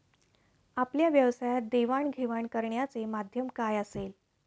आपल्या व्यवसायात देवाणघेवाण करण्याचे माध्यम काय असेल?